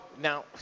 Now